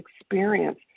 experience